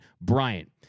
Bryant